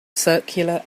circular